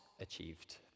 achieved